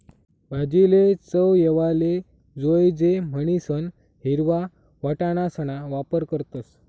भाजीले चव येवाले जोयजे म्हणीसन हिरवा वटाणासणा वापर करतस